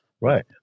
Right